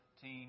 team